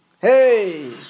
Hey